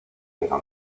pero